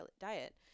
diet